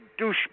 Douchebag